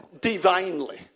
divinely